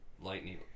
lightning